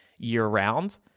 year-round